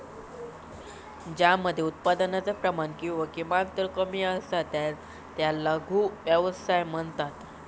ज्या मध्ये उत्पादनाचा प्रमाण किंवा किंमत कमी असता त्याका लघु व्यवसाय म्हणतत